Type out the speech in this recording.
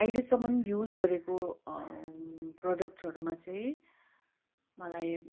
आहिलेसम्म युज गरेको प्रडक्टहरूमा चाहिँ मलाई